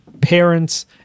parents